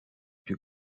più